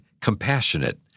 compassionate